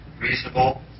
reasonable